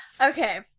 Okay